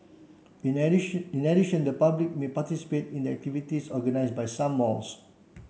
in addition in addition the public may participate in the activities organised by some malls